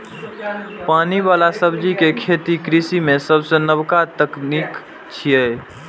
पानि बला सब्जी के खेती कृषि मे सबसं नबका तकनीक छियै